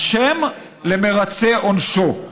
אשם למרצה-עונשו,